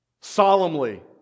solemnly